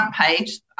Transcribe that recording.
page